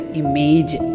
image